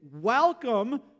welcome